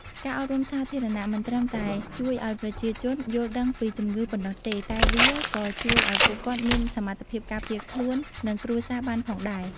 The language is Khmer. ការអប់រំសាធារណៈមិនត្រឹមតែជួយឲ្យប្រជាជនយល់ដឹងពីជំងឺប៉ុណ្ណោះទេ តែវាក៏ជួយឲ្យពួកគាត់មានសមត្ថភាពការពារខ្លួន និងគ្រួសារបានផងដែរ។